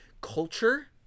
culture